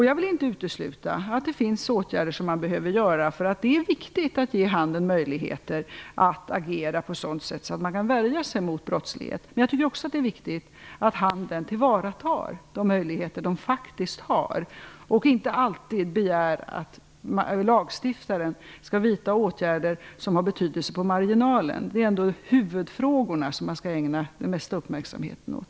Jag vill inte utesluta att det finns åtgärder som man behöver göra. Det är viktigt att ge handeln möjligheter att agera på ett sådant sätt att man kan värja sig mot brottslighet. Men det är också viktigt att handeln tillvaratar de möjligheter de faktiskt har och inte alltid begär att lagstiftaren skall vidta åtgärder som har betydelse på marginalen. Det är ändå huvudfrågorna som man skall ägna den mesta uppmärksamheten åt.